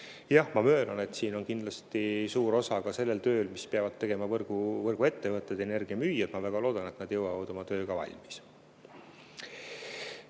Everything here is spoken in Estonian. Jah, ma möönan, et siin on kindlasti suur osa ka sellel tööl, mida peavad tegema võrguettevõtted, energiamüüjad. Aga ma väga loodan, et nad jõuavad oma tööga valmis. Nüüd,